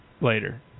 later